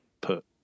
put